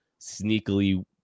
sneakily